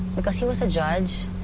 because he was a judge.